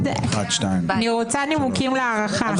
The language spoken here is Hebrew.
אני רוצה נימוקים להארכה.